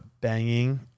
banging